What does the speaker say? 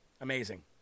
Amazing